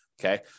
okay